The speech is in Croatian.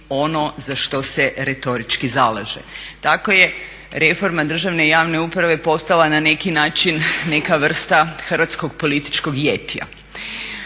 ono za što se retorički zalaže. Tako je reforma državne i javne uprave postala na neki način neka vrsta hrvatskog političkog jetija.